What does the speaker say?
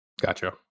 Gotcha